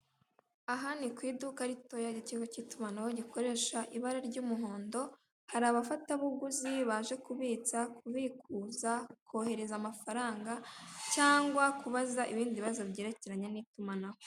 Aha ni ku iduka ritoya ry'ikigo k'itumanaho gikoresha ibara ry'umuhondo, hari abafatabuguzi baje kubitsa, kubikuza, kohereza amafaranga cyangwa kubaza bindi bibazo byerekeranye n'itumanaho.